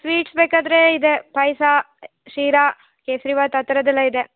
sweets ಬೇಕಾದರೆ ಇದೆ ಪಾಯಸ ಶೀರಾ ಕೇಸರಿ ಭಾತ್ ಆ ಥರದ್ದೆಲ್ಲ ಇದೆ